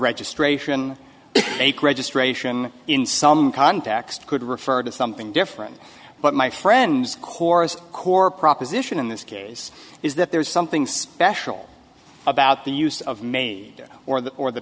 registration make registration in some context could refer to something different but my friend's chorus core proposition in this case is that there is something special about the use of major or the or the